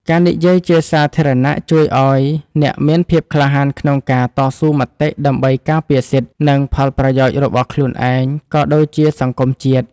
ការនិយាយជាសាធារណៈជួយឱ្យអ្នកមានភាពក្លាហានក្នុងការតស៊ូមតិ ដើម្បីការពារសិទ្ធិ និងផលប្រយោជន៍របស់ខ្លួនឯង ក៏ដូចជាសង្គមជាតិ។